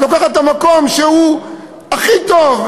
את לוקחת את המקום שהוא הכי טוב,